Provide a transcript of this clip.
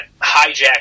hijack